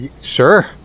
sure